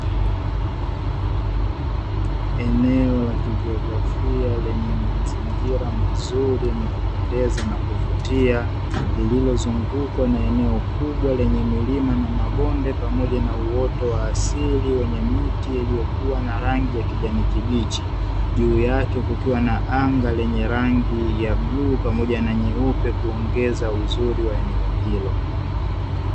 Eneo la kijiografia lenye mazingira mazuri yenye kupendeza na kuvutia, lililozungukwa na eneo kubwa lenye milima na mabonde pamoja na uoto wa asili wenye miti iliyokuwa na rangi ya kijani kibichi. Juu yake kukiwa na anga lenye rangi ya bluu pamoja na nyeupe kuongeza uzuri wa eneo hilo.